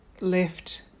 left